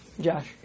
Josh